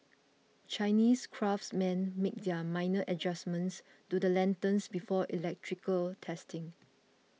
Chinese craftsmen make minor adjustments to the lanterns before electrical testing